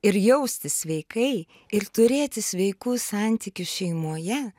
ir jaustis sveikai ir turėti sveikus santykius šeimoje